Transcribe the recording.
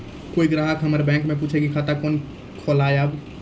कोय ग्राहक हमर बैक मैं पुछे की खाता कोना खोलायब?